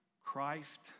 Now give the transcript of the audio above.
Christ